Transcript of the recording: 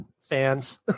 fans